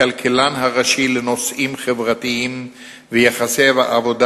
וכי הכלכלן הראשי לנושאים חברתיים ויחסי עבודה